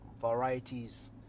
varieties